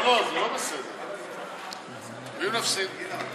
עיון חוזר בפטור מטעמי הכרה דתית שהושג במרמה),